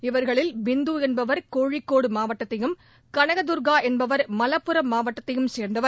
இவர்களில் பிந்து என்பவர் கோழிக்கோடு மாவட்டத்தையும் கனகதர்கா என்பவர் மலப்புரம் மாவட்டத்தையும் சேர்ந்தவர்